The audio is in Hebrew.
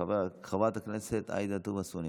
חברת הכנסת עאידה תומא סלימאן,